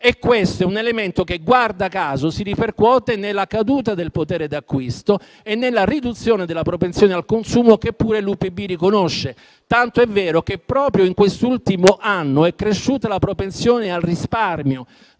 Questo è un elemento che, guarda caso, si ripercuote sulla caduta del potere d'acquisto e sulla riduzione della propensione al consumo, che pure l'UPB riconosce. Tanto è vero che proprio in quest'ultimo anno è cresciuta la propensione al risparmio